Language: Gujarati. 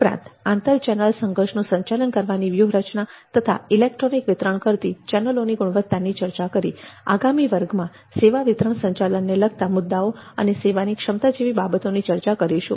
ઉપરાંત આંતર ચેનલોના સંઘર્ષનુ સંચાલન કરવાની વ્યૂહરચના તથા ઇલેક્ટ્રોનિક વિતરણ કરતી ચેનલોના ગુણવત્તાની ચર્ચા કરી આગામી વર્ગમાં સેવા વિતરણના સંચાલનને લગતા મુદ્દાઓ તથા સેવાની ક્ષમતા જેવી બાબતોની ચર્ચા કરીશું